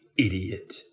idiot